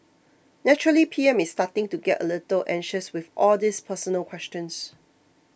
naturally P M is starting to get a little anxious with all these personal questions